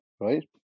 right